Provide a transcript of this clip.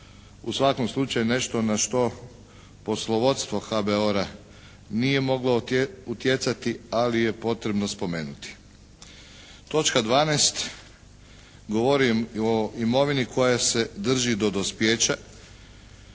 U svakom slučaju nešto na što poslovodstvo HBOR-a nije moglo utjecati, ali je potrebno spomenuti. Točka 12 govori o imovini koja se drži do dospijeća,